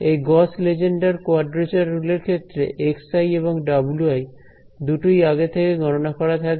এই Gauss Legendre quadrature rule এর ক্ষেত্রে xi এবং wi দুটোই আগে থেকে গণনা করা থাকবে